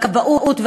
הכבאות,